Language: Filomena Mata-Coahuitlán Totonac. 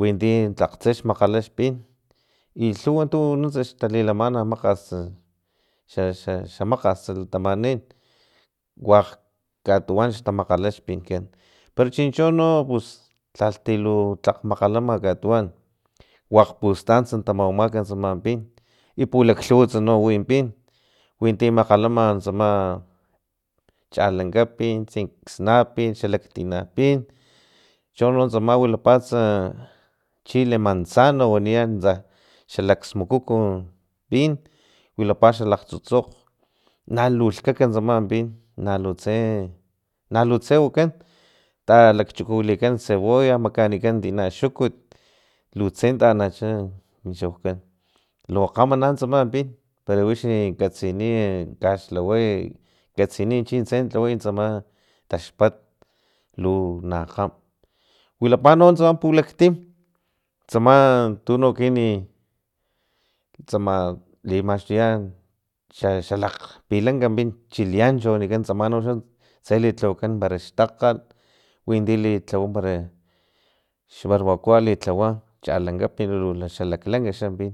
winti tlaktse xmakgala xpin i lhuwa tu nuntsa xtalilamana makgast xa xa makgas latamani waklh katuwan xtamakgala xpinkan pero chinchono pus lhati ti lu tlakg makgalama katuwan wakg pustan tamawamak tsama pin i pulaklhuwa witsa no pin winti makgalama tsama chalankapin tsinknapin xalaktina pin chono tsama wilapatsa chile manzano waniya tsa xalaksmukuku pin wilapa xalakgtsutsok nalulhkaka tsaman pin nalitse nalutse wakan talakchukuwilikan cebolla makanikan tina xukut lutse lu anacha kin chaukan lu kgama na tsama pin pero wixi katsiniy e kaxlaway i katsiniy chintse na lhaway tsam taxpat lu na kgam wilapa no tsama pulaktim tsama tuno ekinan tsama limaxtuya xaxa lakgpilanka pin chilenacho wanikan no tsma uxa tse lilhawakan xtakgalwinti li lhawa para xbarbacoa litlawa chalankapin luxa laklank xapin.